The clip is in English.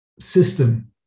system